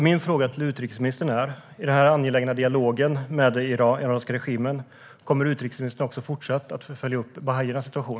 Min fråga till utrikesministern är: I denna angelägna dialog med den iranska regimen, kommer utrikesministern också fortsatt att följa upp bahaiernas situation?